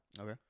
okay